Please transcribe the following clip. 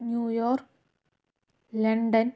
New York London